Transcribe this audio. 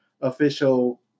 official